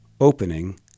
opening